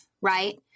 right